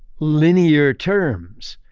linear terms,